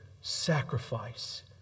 sacrifice